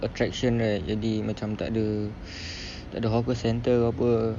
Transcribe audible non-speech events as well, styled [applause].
attraction right jadi macam tak ada [breath] tak ada hawker centre apa